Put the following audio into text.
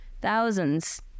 thousands